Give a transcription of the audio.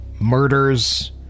Murders